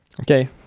okay